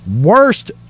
worst